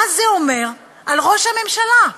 מה זה אומר על ראש הממשלה?